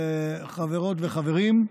חברות וחברים,